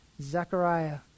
Zechariah